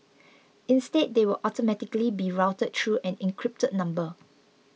instead they will automatically be routed through an encrypted number